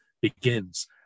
begins